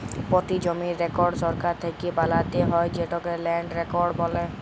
পতি জমির রেকড় সরকার থ্যাকে বালাত্যে হয় যেটকে ল্যান্ড রেকড় বলে